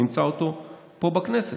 ונמצא אותו פה בכנסת,